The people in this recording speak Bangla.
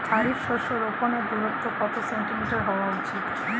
খারিফ শস্য রোপনের দূরত্ব কত সেন্টিমিটার হওয়া উচিৎ?